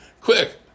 Quick